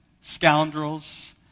scoundrels